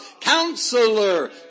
Counselor